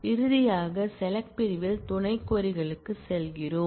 இறுதியாக SELECT பிரிவில் துணை க்வரி களுக்கு செல்கிறோம்